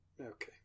Okay